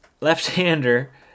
Left-hander